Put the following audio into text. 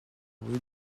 rue